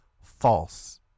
false